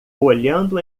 olhando